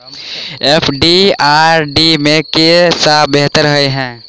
FD आ RD मे केँ सा बेहतर होइ है?